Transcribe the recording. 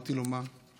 אמרתי לו: מה?